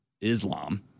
islam